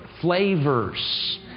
flavors